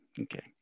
Okay